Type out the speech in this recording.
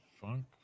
funk